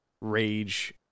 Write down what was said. rage